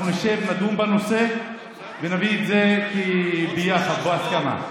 אנחנו נשב, נדון בנושא ונביא את זה ביחד בהסכמה.